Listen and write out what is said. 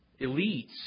elites